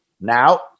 Now